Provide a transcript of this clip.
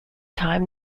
time